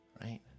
right